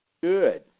Good